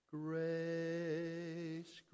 grace